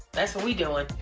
that's what we doing.